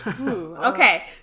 okay